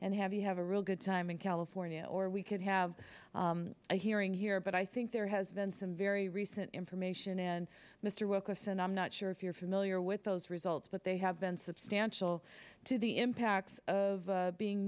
and have you have a real good time in california or we could have a hearing here but i think there has been some very recent information and mr wilkerson i'm not sure if you're familiar with those results but they have been substantial to the impacts of being